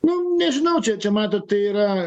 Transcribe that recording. nu nežinau čia čia matot tai yra